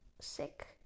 sick